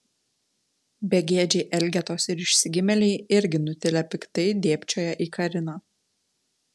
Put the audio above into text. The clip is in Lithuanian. begėdžiai elgetos ir išsigimėliai irgi nutilę piktai dėbčioja į kariną